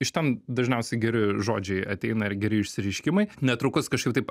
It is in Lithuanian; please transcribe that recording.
iš ten dažniausiai geri žodžiai ateina ir geri išsireiškimai netrukus kažkaip taip